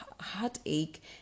heartache